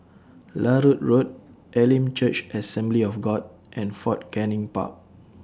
Larut Road Elim Church Assembly of God and Fort Canning Park